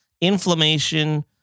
inflammation